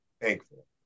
thankful